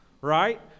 right